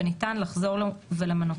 וניתן לחזור ולמנותם,